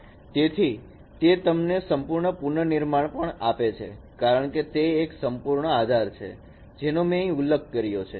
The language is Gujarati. તેથી તે તમને સંપૂર્ણ પુનર્નિર્માણ આપે છે કારણ કે તે એક સંપૂર્ણ આધાર છે જેનો મેં અહીં ઉલ્લેખ કર્યો છે